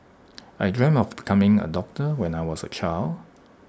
I dreamt of becoming A doctor when I was A child